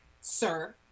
sir